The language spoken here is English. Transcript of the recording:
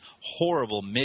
horrible